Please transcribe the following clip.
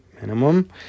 minimum